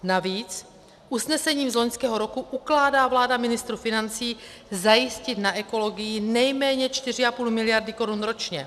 Navíc, usnesením z loňského roku ukládá vláda ministru financí zajistit na ekologii nejméně 4,5 miliardy korun ročně.